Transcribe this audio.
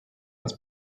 als